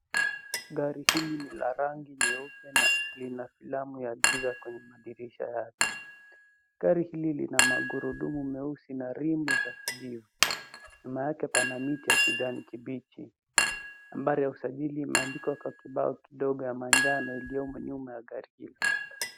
Gari hili ni la rangi nyeupe na lina filamu ya giza kwenye madirisha yake. Gari hili lina magurudumu meusi na rimu za kijivu. Nyuma yake pana miti ya kijani kibichi. Nambari ya usajili imeandikwa kwa kibao kidogo ya manjano iliyomo nyuma ya gari hilo.